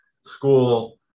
school